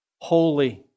holy